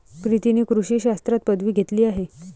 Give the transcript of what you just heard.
प्रीतीने कृषी शास्त्रात पदवी घेतली आहे